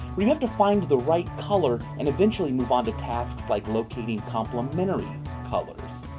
where you have to find the right color and eventually move onto tasks like locating complementary colours.